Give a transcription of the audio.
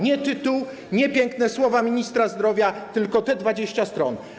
Nie tytuł, nie piękne słowa ministra zdrowia, tylko te 20 stron.